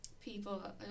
people